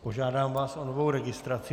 Požádám vás o novou registraci.